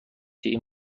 این